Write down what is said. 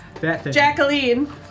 Jacqueline